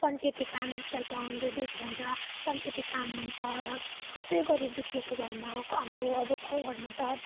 पञ्चायती काम जसलाई चाहिँ हन्ड्रेड डेज भन्छ र पञ्चायती काम हुन्छ अलग कसै गरिब दुःखीहरूको घरमा हाम्रो अब गाउँघरमा त